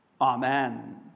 Amen